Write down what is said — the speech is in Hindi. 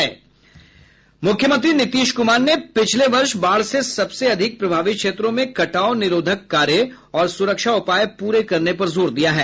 मुख्यमंत्री नीतीश कुमार ने पिछले वर्ष बाढ़ से सबसे अधिक प्रभावित क्षेत्रों में कटाव निरोधक कार्य और सुरक्षा उपाय प्ररे करने पर जोर दिया है